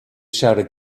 shouted